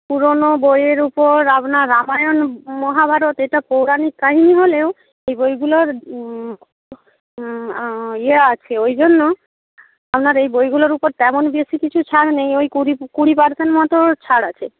পুরনো বইয়ের উপর আপনার রামায়ণ মহাভারত এটা পৌরাণিক কাহিনি হলেও এই বইগুলোর ইয়ে আছে ওই জন্য আপনার এই বইগুলোর উপর তেমন বেশি কিছু ছাড় নেই ওই কুড়ি কুড়ি পার্সেন্ট মতো ছাড় আছে